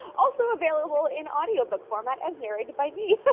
also available in audio book format as narrated by me. but